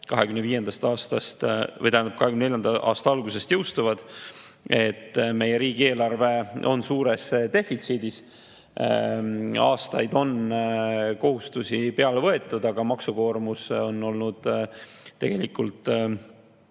otsustasime ja mis 2024. aasta algusest jõustuvad. Meie riigieelarve on suures defitsiidis. Aastaid on kohustusi peale võetud, aga maksukoormus on olnud tegelikult